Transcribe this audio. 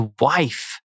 wife